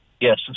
yes